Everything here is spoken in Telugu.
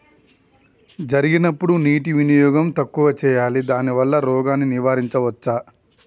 జరిగినప్పుడు నీటి వినియోగం తక్కువ చేయాలి దానివల్ల రోగాన్ని నివారించవచ్చా?